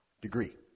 degree